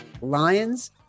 Lions